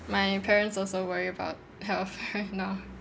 my parents also worry about health now